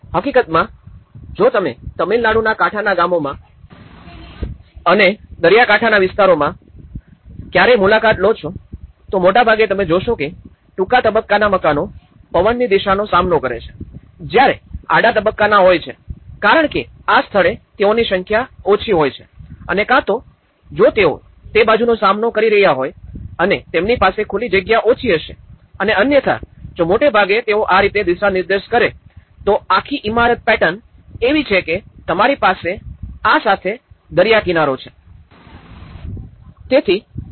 હકીકતમાં જો તમે તમિલનાડુના કાંઠાના ગામોમાં અને દરિયાકાંઠાના વિસ્તારોમાં ક્યારેય મુલાકાત લો છો તો મોટાભાગે તમે જોશો કે ટૂંકા તબ્બકાના મકાનો પવનની દિશાનો સામનો કરે છે અને જ્યારે આડા તબક્કામાં હોય છે કારણ કે આ સ્થળે તેઓની સંખ્યા ઓછી હોય છે અને કાં તો જો તેઓ તે બાજુનો સામનો કરી રહ્યા હોય અને તેમની પાસે ખુલ્લી જગ્યા ઓછી હશે અને અન્યથા જો મોટે ભાગે તેઓ આ રીતે દિશા નિર્દેશ કરે તો આખી ઇમારત પેટર્ન એવી છે કે તમારી પાસે આ સાથે દરિયા કિનારો છે